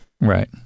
right